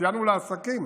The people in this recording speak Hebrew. סייענו גם לעסקים